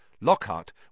Lockhart